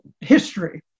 history